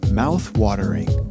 mouth-watering